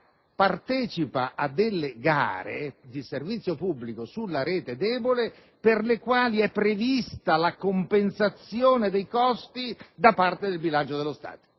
Parteciperà a gare di servizio pubblico sulla rete debole per le quali è prevista la compensazione dei costi da parte del bilancio dello Stato.